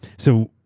so,